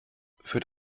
führt